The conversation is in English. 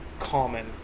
common